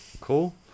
Cool